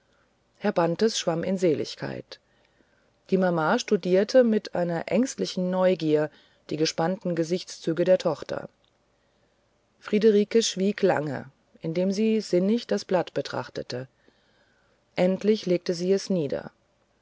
herr bantes schwamm in seligkeit die mama studierte mit einer ängstlichen neugier die gespannten gesichtszüge der tochter friederike schwieg lange indem sie sinnig das blatt betrachtete endlich legte sie es nieder